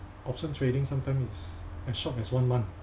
option trading sometimes is as short as one month